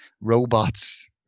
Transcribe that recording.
robots